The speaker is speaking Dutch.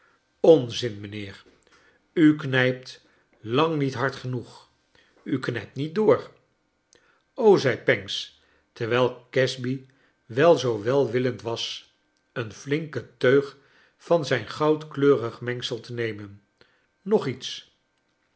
onzin mijnheer u knijpt lang niet hard genoeg u knijpt niet door zei pancks terwijl casby wel zoo welwillend was een flinke teug van zijn goudkleurig mengsel te nemen nog iets